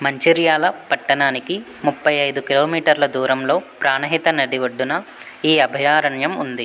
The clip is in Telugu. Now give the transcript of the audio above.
మంచిర్యాల పట్టణానికి ముప్పైఐదు కిలోమీటర్ల దూరంలో ప్రాణహిత నది ఒడ్డున ఈ అభయారణ్యం ఉంది